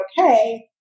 okay